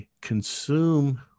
consume